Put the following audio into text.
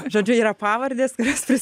žodžiu yra pavardės kurios pris